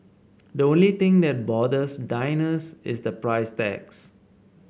the only thing that bothers diners is the price tags